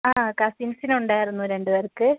ആ കസിൻസിനുണ്ടായിരുന്നു രണ്ട് പേർക്ക്